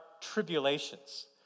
tribulations